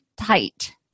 tight